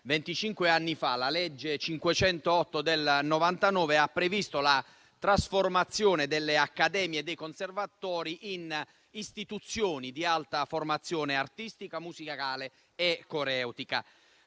anni fa la legge n. 508 del 1999 ha previsto la trasformazione delle accademie e dei conservatori in istituzioni di Alta formazione artistica, musicale e coreutica.